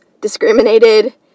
Discriminated